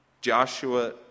Joshua